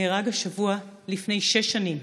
נהרג השבוע לפני שש שנים.